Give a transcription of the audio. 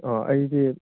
ꯑꯣ ꯑꯩꯗꯤ